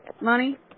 money